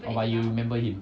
orh but you remember him